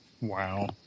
Wow